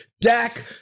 Dak